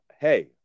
hey